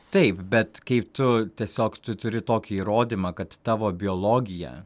taip bet kai tu tiesiog tu turi tokį įrodymą kad tavo biologija